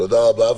תודה רבה.